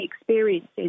experiences